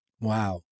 Wow